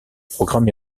programme